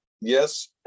Yes